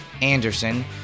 Anderson